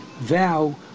vow